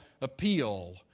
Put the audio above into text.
appeal